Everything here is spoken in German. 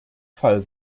fall